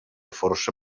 força